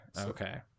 Okay